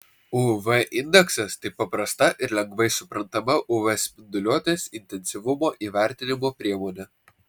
uv indeksas tai paprasta ir lengvai suprantama uv spinduliuotės intensyvumo įvertinimo priemonė